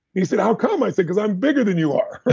he said, how come? i said, because i'm bigger than you are,